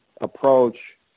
approach